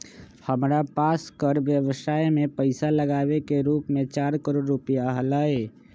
हमरा पास कर व्ययवसाय में पैसा लागावे के रूप चार करोड़ रुपिया हलय